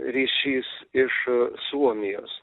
ryšys iš suomijos